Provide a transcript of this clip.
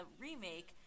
remake